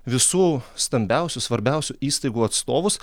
visų stambiausių svarbiausių įstaigų atstovus